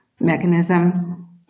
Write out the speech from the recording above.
mechanism